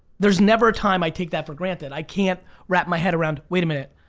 there's never a time i take that for granted. i can't wrap my head around, wait a minute,